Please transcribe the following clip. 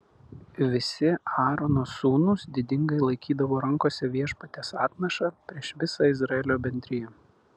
visi aarono sūnūs didingai laikydavo rankose viešpaties atnašą prieš visą izraelio bendriją